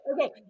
Okay